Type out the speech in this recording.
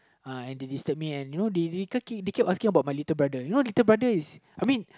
uh and they disturb me and you know recu~ they keep asking about my little brother you know little brother is I mean